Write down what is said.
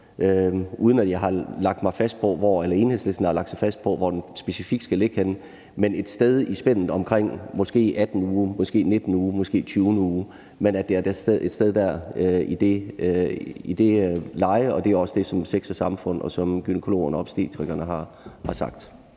uden at jeg har lagt mig fast på eller Enhedslisten har lagt sig fast på, hvor den specifikt skal ligge henne, skal ligge et sted i spændet omkring måske 18. uge, måske 19. uge, måske 20. uge, altså et sted i det leje, og det er også det, som Sex & Samfund, gynækologerne og obstetrikerne har sagt.